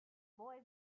boy